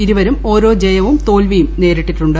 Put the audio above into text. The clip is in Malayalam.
ഇരുപർും ഓരോ ജയവും തോൽവിയും നേരിട്ടിട്ടുണ്ട്